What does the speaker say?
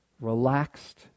Relaxed